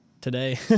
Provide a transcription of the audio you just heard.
today